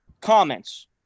Comments